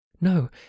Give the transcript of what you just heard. No